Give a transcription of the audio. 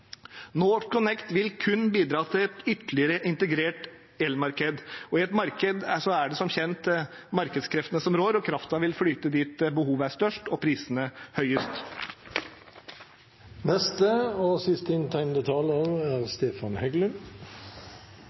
NorthConnect vil kun bidra til et ytterligere integrert elmarked. I et marked er det som kjent markedskreftene som rår, og kraften vil flyte dit behovet er størst og prisene høyest. Representanten Myhrvold har akkurat satt seg ned på stolen sin, og